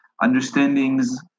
understandings